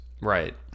Right